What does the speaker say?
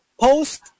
post